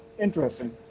Interesting